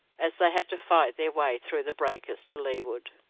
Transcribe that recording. as they had to fight their way through the breakers to leeward.